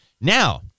Now